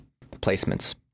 placements